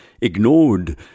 ignored